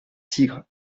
tigre